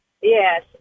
Yes